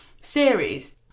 series